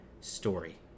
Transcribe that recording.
story